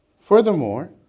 Furthermore